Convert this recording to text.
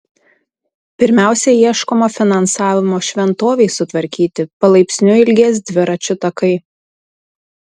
pirmiausia ieškoma finansavimo šventovei sutvarkyti palaipsniui ilgės dviračių takai